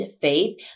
faith